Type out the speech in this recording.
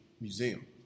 museum